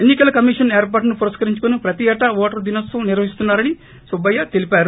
ఎన్ని కల కమిషన్ ఏర్పాటు ను పురస్కరించుకుని ప్రతి ఏటా ఓటరు దినోత్పవం నిర్వహిస్తున్నా మని సుబ్బయ్య తెలిపారు